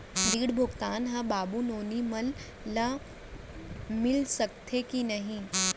ऋण भुगतान ह बाबू नोनी मन ला मिलिस सकथे की नहीं?